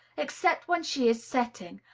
except when she is setting,